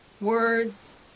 words